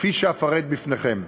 כפי שאפרט בפניכם.